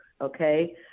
okay